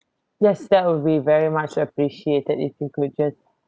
yes that will be very much appreciated if you could just